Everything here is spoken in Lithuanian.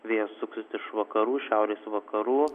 vėjas suksis iš vakarų šiaurės vakarų